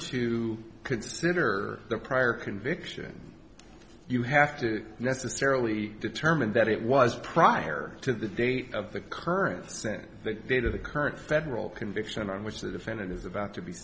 to consider the prior conviction you have to necessarily determine that it was prior to the date of the current sent the date of the current federal conviction on which the defendant is about to be